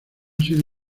sido